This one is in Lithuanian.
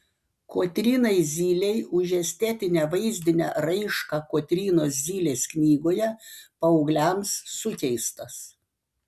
kotrynai zylei už estetinę vaizdinę raišką kotrynos zylės knygoje paaugliams sukeistas